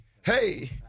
hey